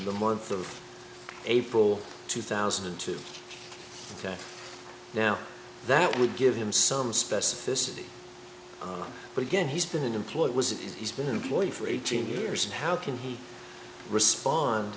the month of april two thousand and two to now that would give him some specificity but again he's been employed was it he's been employed for eighteen years and how can he respond